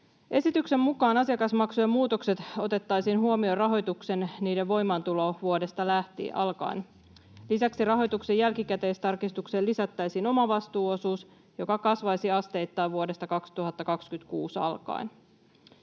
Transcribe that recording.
Esityksen mukaan asiakasmaksujen muutokset otettaisiin huomioon rahoituksessa niiden voimaantulovuodesta alkaen. Lisäksi rahoituksen jälkikäteistarkistukseen lisättäisiin omavastuuosuus, joka kasvaisi asteittain vuodesta 2026 alkaen.